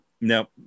no